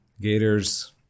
Gators